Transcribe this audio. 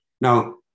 Now